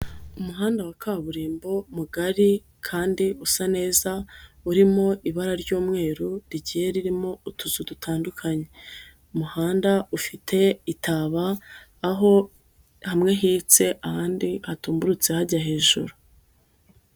Umuhanda wa kaburimbo mugari kandi usa neza urimo ibara ry'umweru rigiye ririmo utuzu dutandukanye, umuhanda ufite itaba aho hamwe hitse ahandi hatumburutse hajya hejuru.